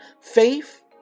faith